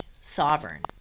sovereign